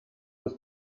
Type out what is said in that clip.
was